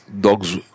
dogs